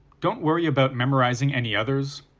don't worry about memorizing any others,